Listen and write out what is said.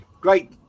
great